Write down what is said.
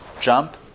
jump